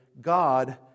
God